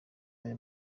aya